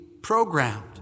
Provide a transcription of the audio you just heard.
programmed